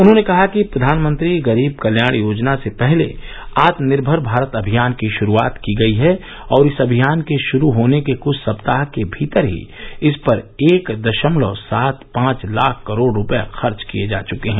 उन्होंने कहा कि प्रधानमंत्री गरीब कल्याण योजना से पहले आत्मनिर्भर भारत अभियान की श्रूआत की गई है और इस अभियान के श्रू होने के कुछ सप्ताह के भीतर ही इस पर एक दश्मलव सात पांच लाख करोड़ रुपये खर्च किए जा चुके हैं